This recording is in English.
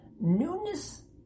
newness